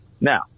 Now